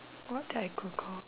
what type of purple